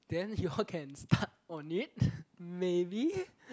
then you all can start on it maybe